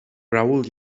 raoul